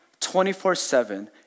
24-7